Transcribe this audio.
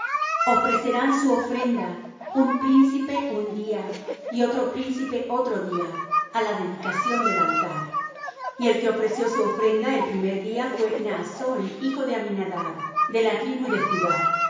ofrecerán su ofrenda un príncipe un día y otro príncipe otro día á la dedicación del altar y el que ofreció su ofrenda el primer día fué naasón hijo de aminadab de la tribu de judá